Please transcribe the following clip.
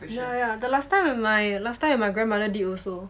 yeah yeah the last time when my last time when my grandmother did also